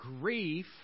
grief